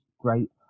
great